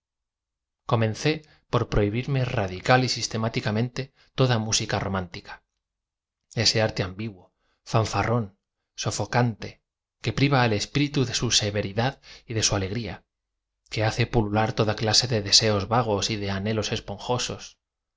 comencé por prohibirme radical y sistemáti camente toda música romántica ese arte ambiguo fanfarrón sofocante que p riv a al espíritu de su se vendad y de su alegría que hace pulular toda clase de deseos vagos y de anhelos esponjosos